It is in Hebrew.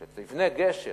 כשתבנה גשר